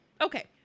okay